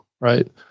right